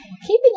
keeping